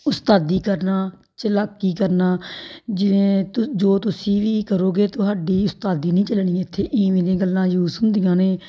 ਉਸਤਾਦੀ ਕਰਨਾ ਚਲਾਕੀ ਕਰਨਾ ਜਿਵੇਂ ਤੁ ਜੋ ਤੁਸੀਂ ਵੀ ਕਰੋਗੇ ਤੁਹਾਡੀ ਉਸਤਾਦੀ ਨਹੀਂ ਚੱਲਣੀ ਇੱਥੇ ਇਵੇਂ ਦੀਆਂ ਗੱਲਾਂ ਯੂਸ ਹੁੰਦੀਆਂ ਨੇ